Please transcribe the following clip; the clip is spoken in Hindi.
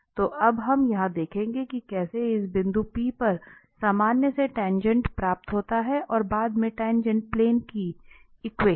तो अब हम यह देखेंगे कि कैसे इस बिंदु P पर सामान्य से टाँगेँटप्राप्त होता है और बाद में टाँगेँट प्लेन की एक्वेशन